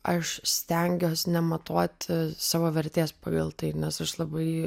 aš stengiuos nematuot savo vertės pagal tai nes aš labai